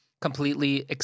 completely